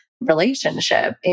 relationship